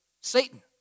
Satan